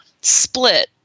split